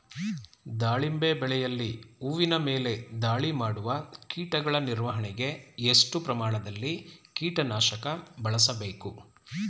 ದಾಳಿಂಬೆ ಬೆಳೆಯಲ್ಲಿ ಹೂವಿನ ಮೇಲೆ ದಾಳಿ ಮಾಡುವ ಕೀಟಗಳ ನಿರ್ವಹಣೆಗೆ, ಎಷ್ಟು ಪ್ರಮಾಣದಲ್ಲಿ ಕೀಟ ನಾಶಕ ಬಳಸಬೇಕು?